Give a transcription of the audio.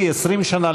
לי 20 שנה,